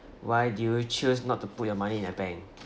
why do you choose not to put your money in a bank